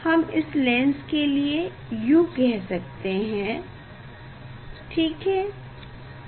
हम इस लेंस के लिए u कह सकते हैं ठीक है